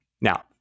Now